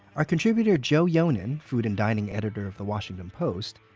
our contributor joe yonan, food and dining editor of the washington post,